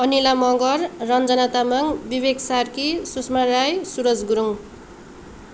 Anila Magar Ranjana Tamang Vivek Sarki Sushma Rai Suraj Gurung